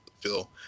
feel